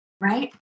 Right